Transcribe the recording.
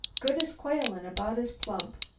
good as quail and about as plump.